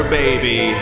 baby